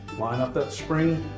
line up that spring